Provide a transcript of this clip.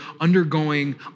undergoing